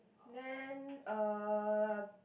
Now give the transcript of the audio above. then uh